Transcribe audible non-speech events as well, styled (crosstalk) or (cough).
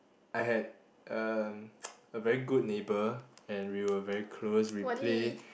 I had um (noise) a very good neighbour and we were very close we play